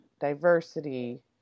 diversity